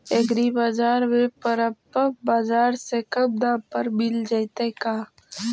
एग्रीबाजार में परमप बाजार से कम दाम पर मिल जैतै का?